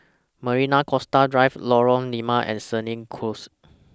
Marina Coastal Drive Lorong Limau and Senja Close